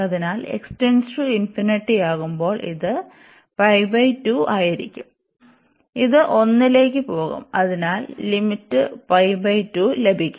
അതിനാൽ ആകുമ്പോൾ ഇത് ആയിരിക്കും ഇത് 1 ലേക്ക് പോകും അതിനാൽ ലിമിറ്റ് ലഭിക്കും